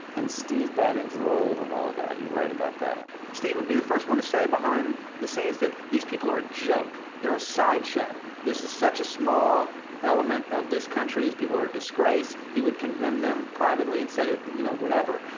and steve bannon's role in all that? you write about that, steve would be the first one to say behind the scenes that these people are a joke they're a sideshow this is such a small element of this country these people are a disgrace. he would condemn them privately and say that, you know, whatever.